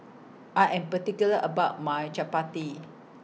I Am particular about My Chapati